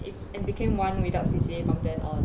a~ and became one without C_C_A from then on